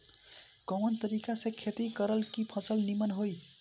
कवना तरीका से खेती करल की फसल नीमन होई?